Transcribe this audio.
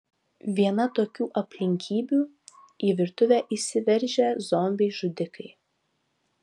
viena tokių aplinkybių į virtuvę įsiveržę zombiai žudikai